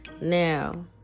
Now